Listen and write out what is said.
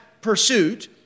pursuit